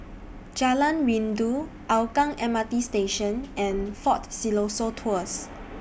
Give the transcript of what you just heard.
Jalan Rindu Hougang M R T Station and Fort Siloso Tours